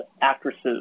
actresses